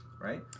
Right